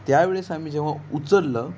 त्यावेळेस आम्ही जेव्हा उचललं